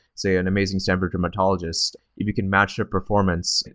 say, an amazing stanford dermatologist. if you can match a performance,